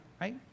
right